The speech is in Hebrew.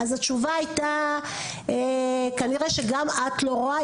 התשובה הייתה כנראה שגם את לא רואה,